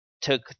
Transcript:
took